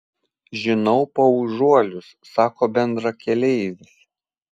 žinau paužuolius sako bendrakeleivis